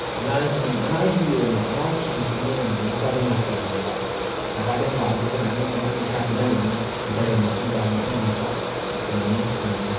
ꯑꯉꯥꯡꯁꯤꯡ ꯑꯉꯥꯡꯁꯤꯡꯒꯤ ꯑꯣꯏꯅ ꯑꯉꯥꯡꯁꯤꯡꯁꯤꯒꯤ ꯑꯣꯏꯅꯗꯤ ꯅꯥꯀꯗꯦꯡ ꯂꯥꯛꯆꯔꯅꯦꯕ ꯅꯥꯀꯗꯦꯡ ꯂꯥꯛꯑꯒ ꯑꯩꯈꯣꯏꯅ ꯑꯉꯝ ꯑꯉꯝꯕ ꯈꯔ ꯄꯤꯊꯈ꯭ꯔꯅꯤ ꯄꯤꯊꯈ꯭ꯔꯕ ꯃꯇꯨꯡꯗ ꯃꯊꯪ ꯑꯃꯨꯛꯀ ꯀꯩꯅꯣꯅꯤ